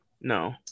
No